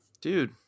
Dude